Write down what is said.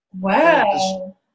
Wow